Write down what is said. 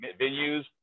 venues